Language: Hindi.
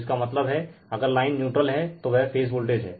जिसका मतलब हैं अगर लाइन न्यूट्रल है तो वह फेज वोल्टेज हैं